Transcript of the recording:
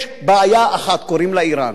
יש בעיה אחת, קוראים לה אירן.